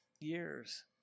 years